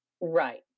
Right